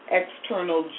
external